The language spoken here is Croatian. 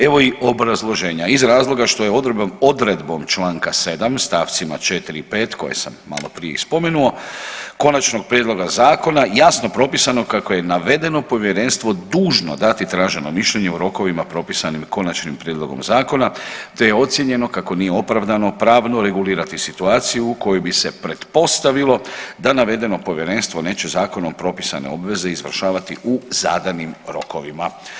Evo i obrazloženja, iz razloga što je odredbom čl. 7. stavcima 4. i 5. koje sam maloprije i spomenuo konačnog prijedloga zakona jasno propisano kako je navedeno povjerenstvo dužno dati traženo mišljenje u rokovima propisanim konačnim prijedlogom zakona te je ocijenjeno kako nije opravdano pravno regulirati situaciju u kojoj bi se pretpostavilo da navedeno povjerenstvo neće zakonom propisane obveze izvršavati u zadanim rokovima.